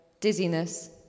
Dizziness